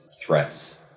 threats